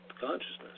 consciousness